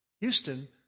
Houston